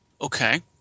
Okay